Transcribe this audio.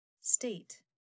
State